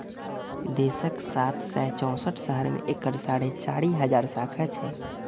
देशक सात सय चौंसठ शहर मे एकर साढ़े चारि हजार शाखा छै